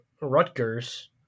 Rutgers